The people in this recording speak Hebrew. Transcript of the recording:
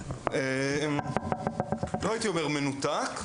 לא הייתי אומר מנותק,